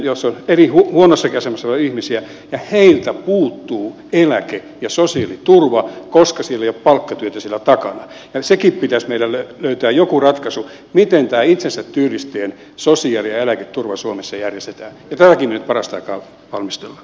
siellä on erittäin paljon huonossakin asemassa olevia ihmisiä ja heiltä puuttuu eläke ja sosiaaliturva koska siellä ei ole palkkatyötä siellä takana ja siihenkin pitäisi meidän löytää joku ratkaisu miten tämä itsensä työllistäjien sosiaali ja eläketurva suomessa järjestetään ja täälläkin nyt parasta aikaa valmistellaan